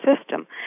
system